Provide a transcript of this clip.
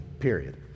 period